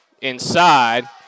Inside